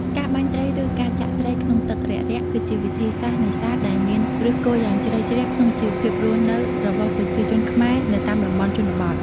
ការបាញ់ត្រី ឬ ការចាក់ត្រី ក្នុងទឹករាក់ៗ គឺជាវិធីសាស្ត្រនេសាទដែលមានឫសគល់យ៉ាងជ្រៅជ្រះក្នុងជីវភាពរស់នៅរបស់ប្រជាជនខ្មែរនៅតាមតំបន់ជនបទ។